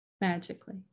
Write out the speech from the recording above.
magically